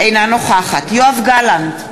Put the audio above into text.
אינה נוכחת יואב גלנט,